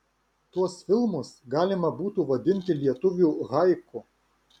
tuos filmus galima būtų vadinti lietuvių haiku